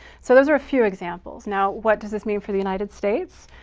so those are a few examples. now, what does this mean for the united states?